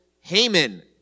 Haman